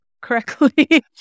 correctly